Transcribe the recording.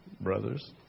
brothers